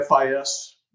FIS